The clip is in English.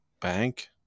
bank